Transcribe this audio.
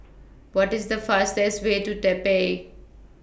What IS The fastest Way to Taipei